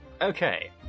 Okay